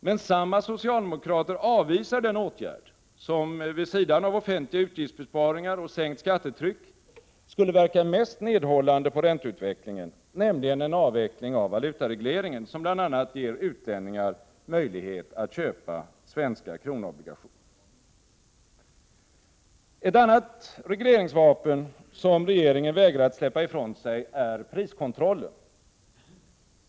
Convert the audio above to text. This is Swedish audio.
Men samma socialdemokrater avvisar den åtgärd som vid sidan av offentliga utgiftsbesparingar och sänkt skattetryck skulle verka mest nedhållande på ränteutvecklingen, nämligen en avveckling av valutaregleringen, som bl.a. ger utlänningar möjlighet att köpa svenska kronobligationer. Ett annat regleringsvapen som regeringen vägrar att släppa ifrån sig är priskontrollen.